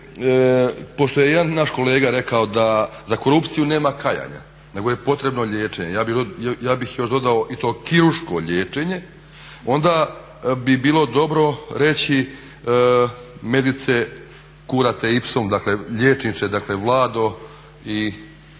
pošto je jedan naš kolega rekao da za korupciju nema kajanja nego je potrebno liječenje, ja bih još dodao i to kirurško liječenje, onda bi bilo dobro reći … dakle liječniče, dakle Vlado i